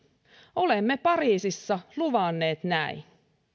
olemme pariisissa luvanneet näin